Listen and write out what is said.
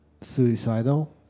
suicidal